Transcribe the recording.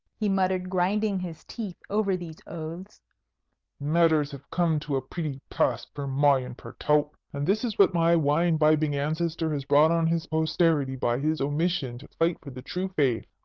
he muttered, grinding his teeth over these oaths matters have come to a pretty pass, per my and per tout! and this is what my wine-bibbing ancestor has brought on his posterity by his omission to fight for the true faith!